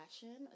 fashion